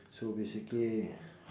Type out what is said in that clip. so basically